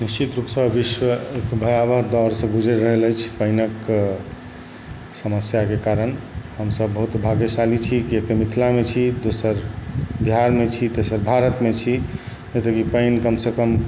निश्चित रूपसँ विश्व भयावह दौरसँ गुजरि रहल अछि पानिके समस्याके कारण हम सब बहुत भाग्यशाली छी कि ई मिथिलामे छी दोसर बिहारमे छी तेसर भारतमे छी नहि तऽ की पानि कमसँ कम